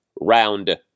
round